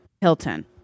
hilton